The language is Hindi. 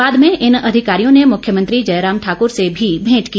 बाद में इन अधिकारियों ने मुख्यमंत्री जयराम ठाकुर से भी भेंट की